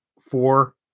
four